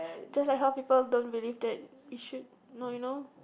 just like how people don't believe that we should no you know